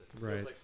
right